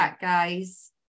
Guys